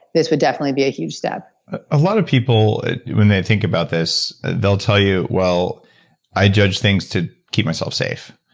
this would definitely be a huge step a lot of people when they think about this they'll tell you well i judge things to keep myself safe.